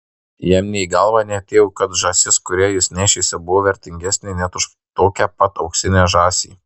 jam nė į galvą neatėjo kad žąsis kurią jis nešėsi buvo vertingesnė net už tokią pat auksinę žąsį